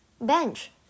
bench